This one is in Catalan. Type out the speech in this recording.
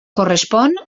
correspon